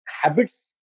habits